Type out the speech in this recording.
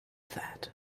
that